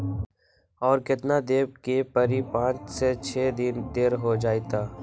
और केतना देब के परी पाँच से छे दिन देर हो जाई त?